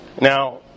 now